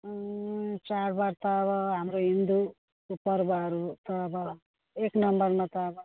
चाड बाड त अब हाम्रो हिन्दूको पर्वहरू त अब एक नम्बरमा त अब